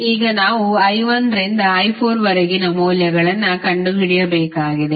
ಈಗ ನಾವು i1 ರಿಂದ i4 ವರೆಗಿನ ಮೌಲ್ಯಗಳನ್ನು ಕಂಡುಹಿಡಿಯಬೇಕಾಗಿದೆ